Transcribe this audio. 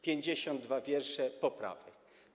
52 wiersze poprawek.